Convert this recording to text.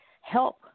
help